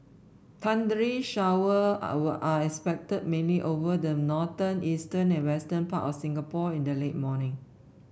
thundery shower are expected mainly over the northern eastern and western parts of Singapore in the late morning